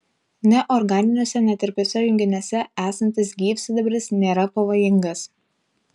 neorganiniuose netirpiuose junginiuose esantis gyvsidabris nėra pavojingas